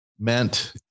meant